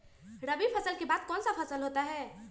रवि फसल के बाद कौन सा फसल होता है?